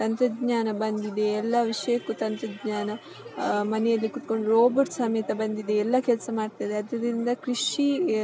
ತಂತ್ರಜ್ಞಾನ ಬಂದಿದೆ ಎಲ್ಲ ವಿಷ್ಯಕ್ಕೂ ತಂತ್ರಜ್ಞಾನ ಮನೆಯಲ್ಲಿ ಕೂತ್ಕೊಂಡು ರೋಬೋಟ್ ಸಮೇತ ಬಂದಿದೆ ಎಲ್ಲ ಕೆಲಸ ಮಾಡ್ತದೆ ಅದರಿಂದ ಕೃಷಿ